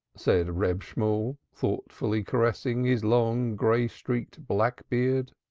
said reb shemuel, thoughtfully caressing his long, gray-streaked black beard.